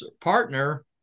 partner